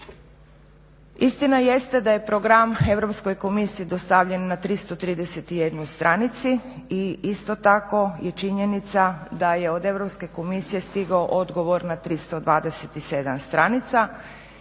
Istina jeste da je program Europskoj komisiji dostavljen na 331 stranici i isto tako je činjenica da je od Europske komisije stigao odgovor na 327 stranica